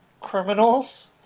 criminals